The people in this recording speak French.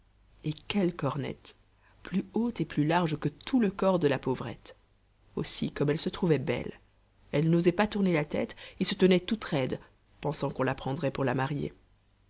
et quelle cornette plus haute et plus large que tout le corps de la pauvrette aussi comme elle se trouvait belle elle n'osait pas tourner la tête et se tenait toute raide pensant qu'on la prendrait pour la mariée